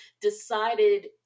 decided